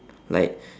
like